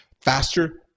faster